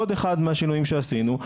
עוד אחד מהשינויים שעשינו.